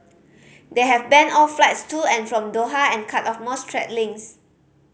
they have banned all flights to and from Doha and cut off most trade links